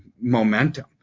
momentum